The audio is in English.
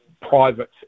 private